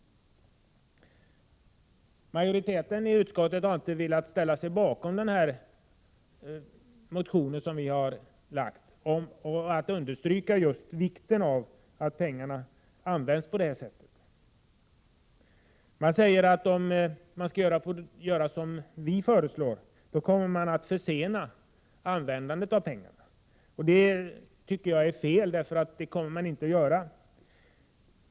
Majoriteten i jordbruksutskottet har inte velat ställa sig bakom vår motion, där vi alltså velat understryka just vikten av att pengarna används på det här sättet. Det sägs av majoriteten att om man gör som vi föreslår kommer man att försena användandet av pengarna. Detta tycker jag är ett felaktigt påstående, för det kommer man inte att göra.